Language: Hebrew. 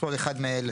תכלול אחד מאלה: